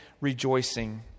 rejoicing